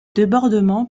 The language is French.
débordements